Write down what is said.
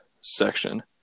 section